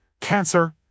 Cancer